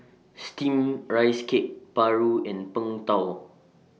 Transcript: Steamed Rice Cake Paru and Png Tao